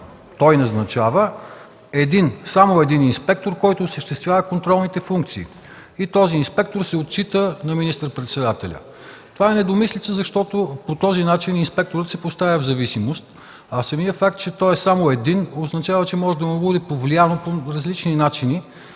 той назначава, един, само един инспектор, който осъществява контролните функции и този инспектор се отчита на министър-председателя. Това е недомислица, защото по този начин инспекторът се поставя в зависимост, а самият факт, че той е само един означава, че може да му бъде повлияно по различни начини,